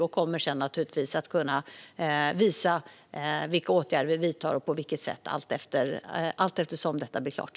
Vi kommer sedan naturligtvis att kunna visa vilka åtgärder vi vidtar och på vilket sätt allteftersom detta blir klart.